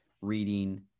reading